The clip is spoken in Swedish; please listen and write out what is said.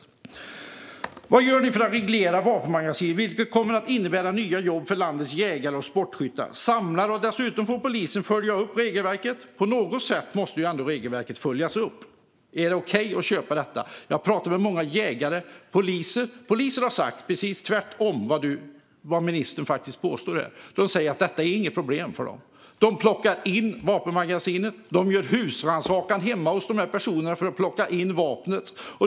Det ni gör för att reglera vapenmagasin kommer att innebära mer jobb för landets jägare, sportskyttar och samlare. Dessutom får polisen följa upp regelverket. På något sätt måste regelverket följas upp. Är det okej att köpa detta? Jag pratar med många jägare och poliser. Poliser har sagt precis tvärtemot vad ministern påstår här. De säger att detta inte är något problem för dem. De plockar in vapenmagasin. De gör husrannsakan hemma hos dessa personer för att plocka in vapen.